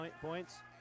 points